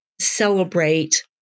celebrate